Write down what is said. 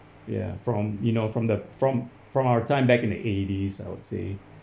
ya from you know from the from from our time back in the eighties I would say